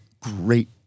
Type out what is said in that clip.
great